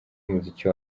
umuziki